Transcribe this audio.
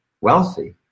wealthy